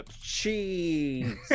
cheese